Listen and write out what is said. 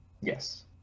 Yes